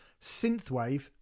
synthwave